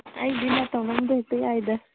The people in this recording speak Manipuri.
ꯑꯩꯗꯤ ꯍꯦꯛꯇ ꯌꯥꯏꯗ